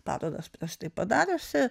parodas prieš tai padariusi